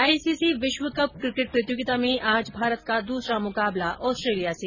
ICC विश्वकप क्रिकेट प्रतियोगिता में आज भारत का दूसरा मुकाबला ऑस्ट्रेलिया से